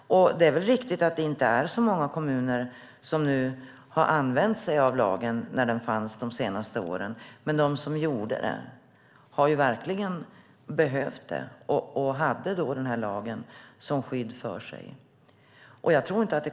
Det är nog riktigt att det inte är så många kommuner som har använt sig av lagen de senaste åren, men de som gjorde det hade behov av det och hade då lagen som skydd.